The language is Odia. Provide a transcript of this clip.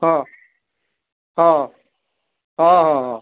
ହଁ ହଁ ହଁ ହଁ ହଁ